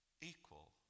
equal